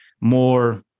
more